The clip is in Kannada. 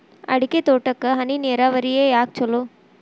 ಅಡಿಕೆ ತೋಟಕ್ಕ ಹನಿ ನೇರಾವರಿಯೇ ಯಾಕ ಛಲೋ?